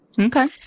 Okay